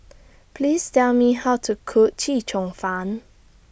Please Tell Me How to Cook Chee Cheong Fun